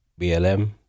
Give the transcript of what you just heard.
blm